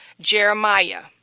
Jeremiah